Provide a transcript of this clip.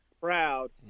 proud